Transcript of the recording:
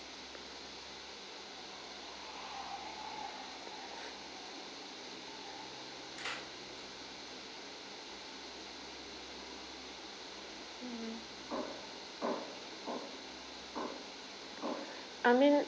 mmhmm I mean